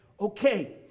Okay